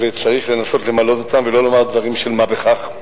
וצריך לנסות למלא אותן ולא לומר דברים של מה בכך.